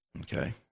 okay